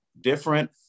Different